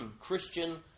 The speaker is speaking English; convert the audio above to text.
Christian